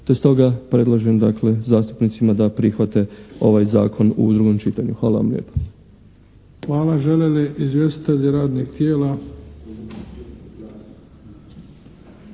Te stoga predlažem dakle zastupnicima da prihvate ovaj Zakon u drugom čitanju. Hvala vam lijepa. **Bebić, Luka (HDZ)** Hvala. Žele li izvjestitelji radnih tijela?